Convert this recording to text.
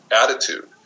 attitude